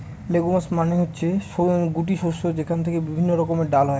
legumes মানে হচ্ছে গুটি শস্য যেখান থেকে বিভিন্ন রকমের ডাল হয়